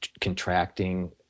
contracting